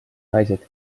naised